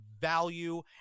value